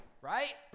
right